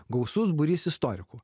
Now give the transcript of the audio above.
gausus būrys istorikų